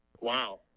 wow